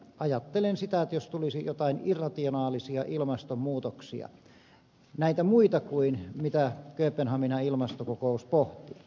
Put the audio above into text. ajattelen sitä että jos tulisi jotain irrationaalisia ilmastonmuutoksia näitä muita kuin mitä kööpenhaminan ilmastokokous pohtii